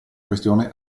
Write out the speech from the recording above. questione